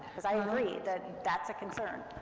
cause i agree that that's a concern,